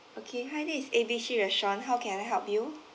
okay hi this is A B C restaurant how can I help you